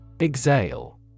Exhale